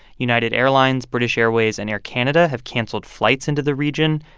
united airlines, british airways and air canada have cancelled flights into the region.